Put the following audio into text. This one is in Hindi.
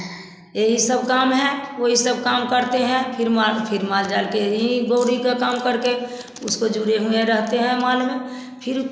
यही सब काम है वही सब काम करते हैं फिर माल फिर माल जाल के हीं गौरी का काम करके उसको जुड़े हुए रहते हैं माल में फिर